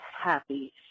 happy